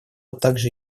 также